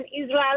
Israel